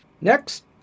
Next